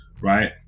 right